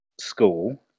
school